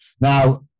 Now